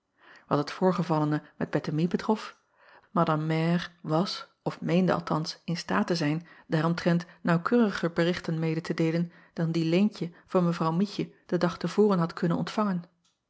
at het voorgevallene met ettemie betrof madame mère was of meende althans in staat te zijn daaromtrent naauwkeuriger berichten mede te deelen dan die eentje van w ietje den dag te voren had kunnen ontvangen